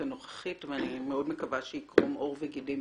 הנוכחית ואני מאוד מקווה שיקרום עור וגידים